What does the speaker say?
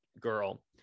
girl